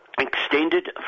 extended